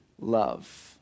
love